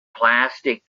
plastic